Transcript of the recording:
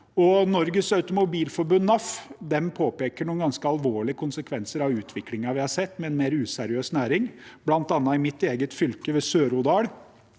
Norges Automobil Forbund, NAF, påpeker noen ganske alvorlige konsekvenser av utviklingen vi har sett med en mer useriøs næring. Blant annet ved Sør-Odal,